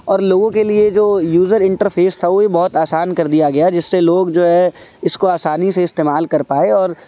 اور لوگوں کے لیے جو یوزر انٹرفیس تھا وہ یہ بہت آسان کر دیا گیا جس سے لوگ جو ہے اس کو آسانی سے استعمال کر پائے اور